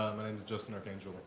my name is justin archangel.